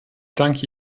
danke